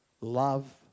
Love